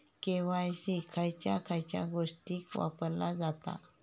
KYC खयच्या खयच्या गोष्टीत वापरला जाता?